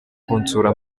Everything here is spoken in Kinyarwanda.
kunsura